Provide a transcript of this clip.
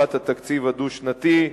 העברת התקציב הדו-שנתי,